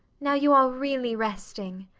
now you are really resting.